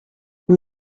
los